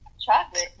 Chocolate